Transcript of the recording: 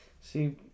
See